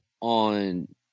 on